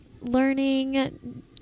learning